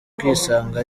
kwisanga